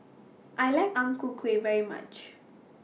I like Ang Ku Kueh very much